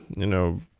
you know,